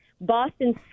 Boston